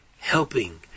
helping